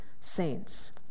saints